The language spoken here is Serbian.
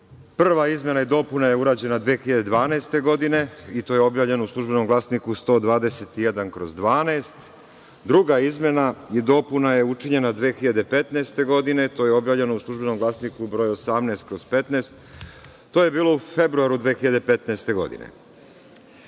Prva izmena i dopuna je urađena 2012. godine i to je objavljeno u „Službenom glasniku“ broj 121/12. Druga izmena i dopuna je učinjena 2015. godine, to je objavljeno u „Službenom glasniku“ broj 18/15, to je bilo u februaru 2015. godine. Mora